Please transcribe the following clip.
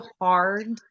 hard